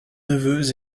neveux